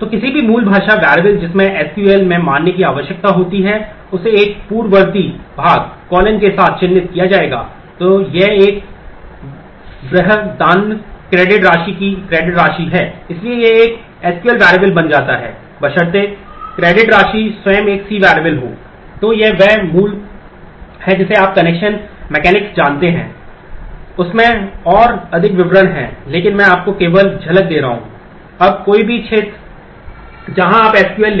तो किसी भी मूल भाषा वैरिएबल जिसे एसक्यूएल